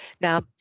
Now